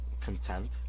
content